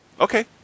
Okay